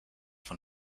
von